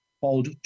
called